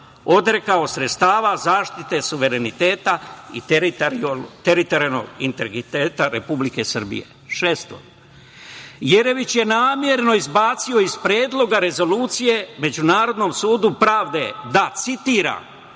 Jeremić je namerno izbacio iz Predloga rezolucije Međunarodnom sudu pravde da, citiram: